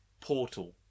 portal